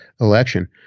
election